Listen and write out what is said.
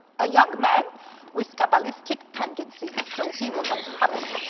a young man with cabalistic tendencies. so he wasn't happy,